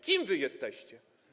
Kim wy jesteście?